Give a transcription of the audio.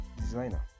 designer